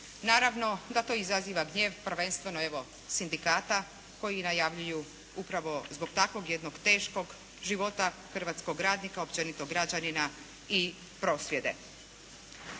Naravno da to izaziva gnjev prvenstveno evo sindikata koji i najavljuju upravo zbog takvog jednog teškog života hrvatskog radnika, općenito građanina i prosvjede.